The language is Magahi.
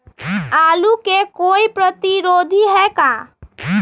आलू के कोई प्रतिरोधी है का?